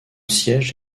siège